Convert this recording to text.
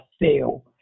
fail